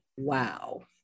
Wow